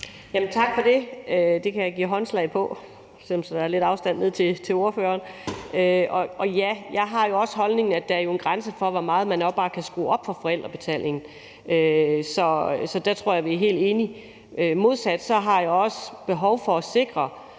Tak for det. Det kan jeg give håndslag på, selv om der er lidt afstand ned til ordføreren. Og ja, jeg har jo også den holdning, at der er en grænse for, hvor meget man bare kan skrue op for forældrebetalingen, så der tror jeg vi helt enige. Modsat har jeg også behov for at sikre,